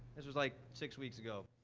this was like, six weeks ago.